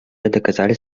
доказали